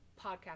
podcast